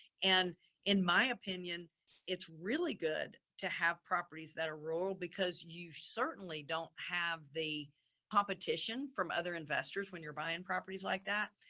and in my opinion it's really good to have properties that are rural because you certainly don't have the competition from other investors when you're buying properties like that.